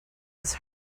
his